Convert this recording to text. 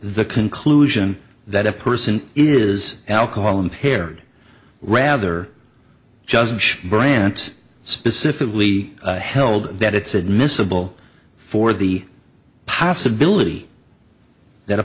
the conclusion that a person is alcohol impaired rather judge brandt specifically held that it's admissible for the possibility that a